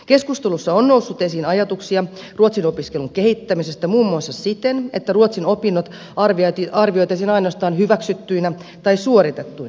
keskustelussa on noussut esiin ajatuksia ruotsin opiskelun kehittämisestä muun muassa siten että ruotsin opinnot arvioitaisiin ainoastaan hyväksyttyinä tai suoritettuina